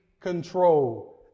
control